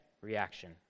reaction